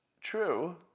true